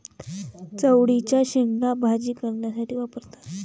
चवळीच्या शेंगा भाजी करण्यासाठी वापरतात